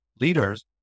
leaders